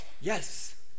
Yes